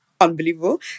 unbelievable